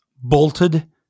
bolted